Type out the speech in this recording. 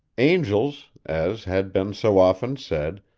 angels, as had been so often said,